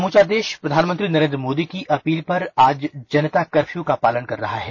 समूचा देश प्रधानमंत्री नरेंद्र मोदी की अपील पर आज जनता कर्फ्यू का पालन कर रहा है